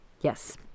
Yes